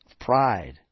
pride